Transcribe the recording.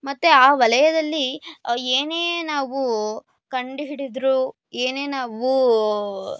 ಮತ್ತು ಆ ವಲಯದಲ್ಲಿ ಏನೇ ನಾವು ಕಂಡುಹಿಡಿದರೂ ಏನೇ ನಾವು